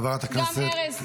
גם ארז,